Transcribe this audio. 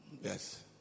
Yes